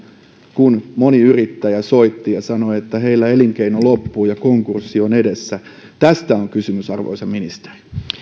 kun moni yrittäjä soitti ja sanoi että heillä elinkeino loppuu ja konkurssi on edessä tästä on kysymys arvoisa ministeri